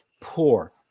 poor